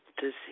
disease